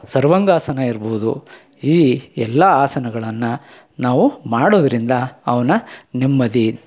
ಸರ್ವಾಂಗಾಸನ ಇರ್ಬೌದು ಈ ಎಲ್ಲ ಆಸನಗಳನ್ನು ನಾವು ಮಾಡೋದ್ರಿಂದ ಅವುನ್ನ ನೆಮ್ಮದಿ